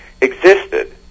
existed